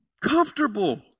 comfortable